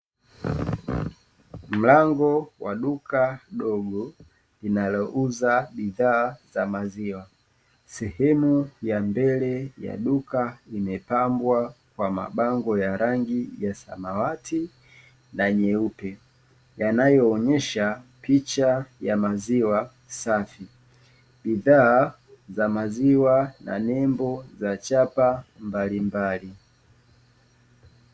Mlango wa duka dogo linalouza bidhaa za maziwa. Sehemu ya mbele ya duka imepambwa kwa mabango ya rangi ya samawati na nyeupe, yanayoonyesha picha ya maziwa safi, bidhaa za maziwa na nembo za chapa mbalimbali.